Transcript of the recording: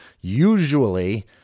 Usually